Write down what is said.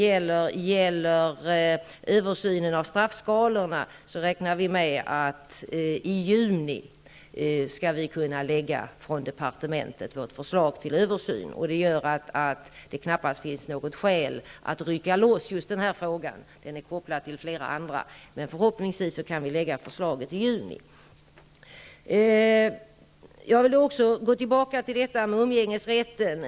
När det gäller översynen av straffskalorna räknar vi med att vi skall kunna lägga fram ett förslag från departementet om en översyn i juni. Det gör att det knappast finns något skäl att rycka loss just denna fråga. Den är kopplad till flera andra. Förhoppningsvis kan vi lägga fram förslaget i juni. Jag vill gå tillbaka till detta med umgängesrätten.